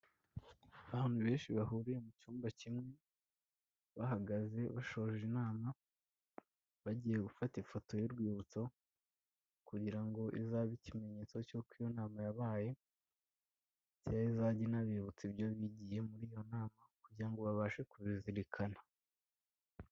Abantu benshi bahuriye mu cyumba kimwe, bahagaze bashoje inama bagiye gufata ifoto y'urwibutso, kugira ngo izabe ikimenyetso cy'uko iyo nama yabaye, cyangwa izajye inabibutsa, ibyo bigiye muri iyo nama kugira ngo babashe kubizirikana.